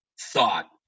thought